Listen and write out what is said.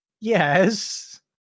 Yes